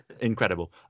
Incredible